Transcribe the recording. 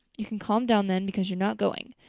you can calm down then, because you're not going.